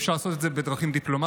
אפשר לעשות את זה בדרכים דיפלומטיות